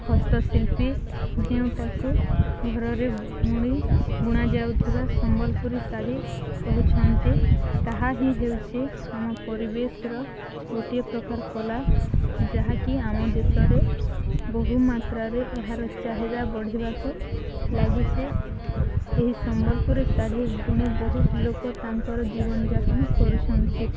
ହସ୍ତଶିଳ୍ପୀ ଯେଉଁଟାକୁ ଘରରେ ବୁଣି ବୁଣାାଯାଉଥିବା ସମ୍ବଲପୁରୀ ଶାଢ଼ୀ କହୁଛନ୍ତି ତାହା ହିଁ ହେଉଛି ଆମ ପରିବେଶର ଗୋଟିଏ ପ୍ରକାର କଳା ଯାହାକି ଆମ ଦେଶରେ ବହୁମାତ୍ରାରେ ଏହାର ଚାହିଦା ବଢ଼ିବାକୁ ଲାଗିଛି ଏହି ସମ୍ବଲପୁରୀ ଶାଢ଼ୀ ବୁଣି ବହୁତ ଲୋକ ତାଙ୍କର ଜୀବନଯାପନ କରୁଛନ୍ତି